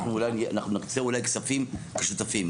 אנחנו נקצה אולי כספים כשותפים.